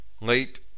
late